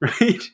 right